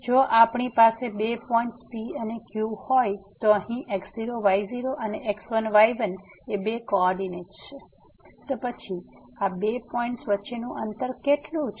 તેથી જો આપણી પાસે બે પોઈન્ટ્સ P અને Q હોય તો અહીં x0 y0 અને x1 y1 બે કોઓર્ડીનેટ્સ છે તો પછી આ બે પોઈન્ટ્સ વચ્ચેનું અંતર કેટલું છે